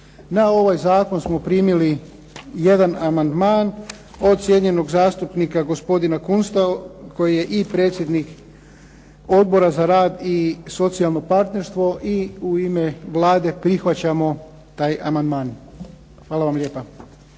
Na ovaj zakon smo primili jedan amandman od cijenjenog zastupnika gospodina Kunsta koji je i predsjednik Odbora za rad i socijalno partnerstvo i u ime Vlade prihvaćamo taj amandman. Hvala vam lijepa.